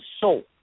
soul